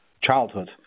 childhood